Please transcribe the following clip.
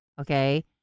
okay